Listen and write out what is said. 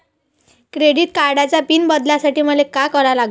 Credit कार्डाचा PIN बदलासाठी मले का करा लागन?